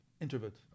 Introvert